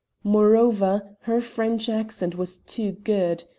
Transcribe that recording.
moreover, her french accent was too good.